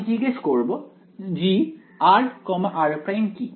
আমি জিজ্ঞেস করবো Gr r′ কি